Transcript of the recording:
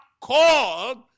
called